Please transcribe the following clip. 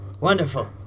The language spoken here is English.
Wonderful